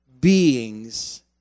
beings